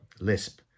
lisp